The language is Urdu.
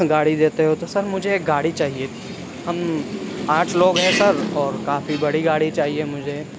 گاڑی دیتے ہو تو سر مجھے ایک گاڑی چاہیے تھی ہم آٹھ لوگ ہیں سر اور کافی بڑی گاڑی چاہیے مجھے